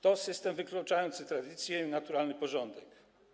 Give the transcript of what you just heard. To system wykluczający tradycję i naturalny porządek.